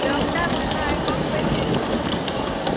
doctor बनना है कम पैसे में नहीं हो जाएगा सर